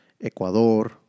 Ecuador